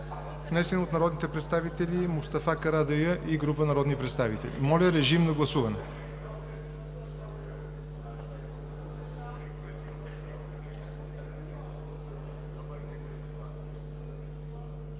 внесен от народните представители Мустафа Карадайъ и група народни представители. Гласували